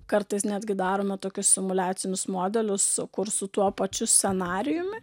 kartais netgi darome tokius simuliacinius modelius kur su tuo pačiu scenarijumi